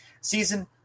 season